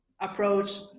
approach